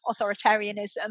authoritarianism